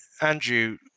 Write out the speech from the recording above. Andrew